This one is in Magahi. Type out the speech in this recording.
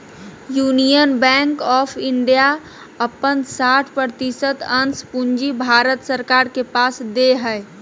यूनियन बैंक ऑफ़ इंडिया अपन साठ प्रतिशत अंश पूंजी भारत सरकार के पास दे हइ